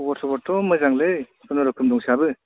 खबर सबरथ' मोजांलै खुनुरुखुम दंसाबो